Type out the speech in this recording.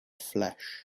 flesh